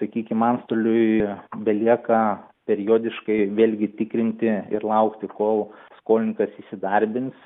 sakykim antstoliui belieka periodiškai vėlgi tikrinti ir laukti kol skolininkas įsidarbins